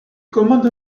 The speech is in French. commande